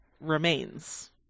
remains